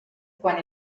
quan